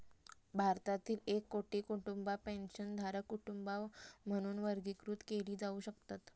भारतातील एक कोटी कुटुंबा पेन्शनधारक कुटुंबा म्हणून वर्गीकृत केली जाऊ शकतत